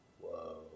whoa